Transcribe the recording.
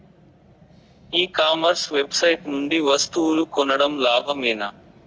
ఈ commerce website నుండి వస్తువులు కొనడం లాభమేనా?